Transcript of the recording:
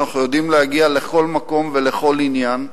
שאנחנו יודעים להגיע לכל מקום ולכל עניין,